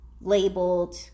labeled